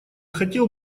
хотел